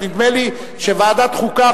רק נדמה לי שוועדת חוקה,